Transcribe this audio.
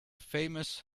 famous